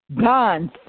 guns